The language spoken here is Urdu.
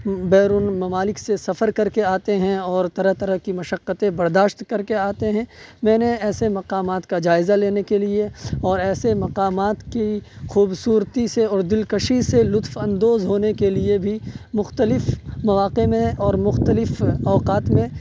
بیرون ممالک سے سفر کر کے آتے ہیں اور طرح طرح کی مشقتیں برداشت کر کے آتے ہیں میں نے ایسے مقامات کا جائزہ لینے کے لیے اور ایسے مقامات کی خوبصورتی سے اور دلکشی سے لطف اندوز ہونے کے لیے بھی مختلف مواقع میں اور مختلف اوقات میں